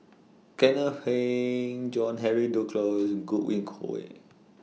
Kenneth Keng John Henry Duclos Godwin Koay